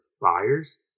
buyers